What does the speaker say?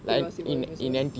they was with also